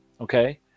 okay